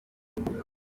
gen